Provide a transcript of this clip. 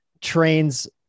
trains